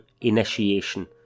initiation